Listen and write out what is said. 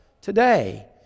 today